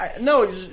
No